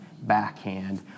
backhand